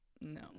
No